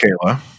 kayla